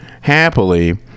Happily